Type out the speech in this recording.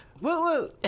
woo